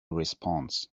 response